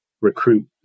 recruit